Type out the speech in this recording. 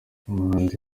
umuhanzi